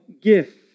gift